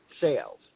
sales